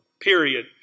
period